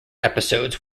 episodes